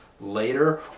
later